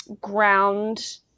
ground